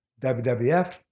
WWF